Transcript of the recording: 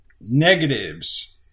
negatives